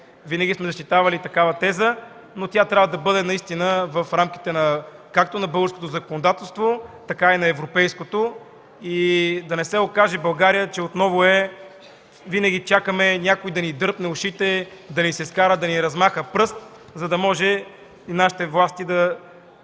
винаги сме защитавали такава теза, но тя трябва да бъде наистина в рамките както на българското законодателство, така и на европейското, за да не се окаже, че в България винаги чакаме някой да ни дръпне ушите, да ни се скара, да ни размаха пръст, за да може нашите власти да